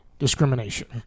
discrimination